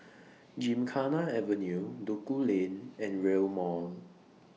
Gymkhana Avenue Duku Lane and Rail Mall